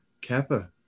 kappa